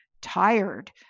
tired